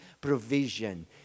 provision